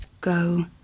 Go